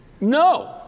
No